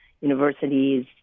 universities